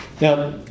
Now